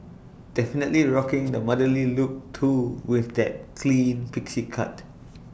definitely rocking the motherly look too with that clean pixie cut